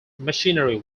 machinery